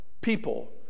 People